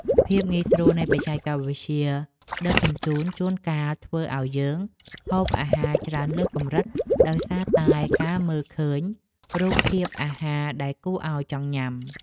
ភាពងាយស្រួលនៃបច្ចេកវិទ្យាដឹកជញ្ជូនជួនកាលធ្វើឲ្យយើងហូបអាហារច្រើនលើសកម្រិតដោយសារតែការមើលឃើញរូបភាពអាហារ ដែលគួរឲ្យចង់ញ៉ាំ។